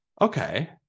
okay